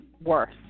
worse